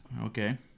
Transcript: Okay